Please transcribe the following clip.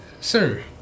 sir